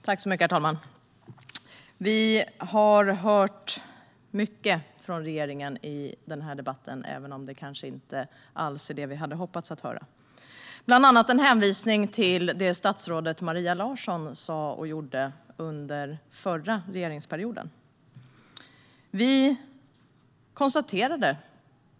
Herr talman! Vi har hört mycket från regeringen i den här debatten även om det inte alls är det som vi kanske hade hoppats få höra. Bland annat gjordes en hänvisning till det som statsrådet Maria Larsson sa och gjorde under den förra regeringsperioden.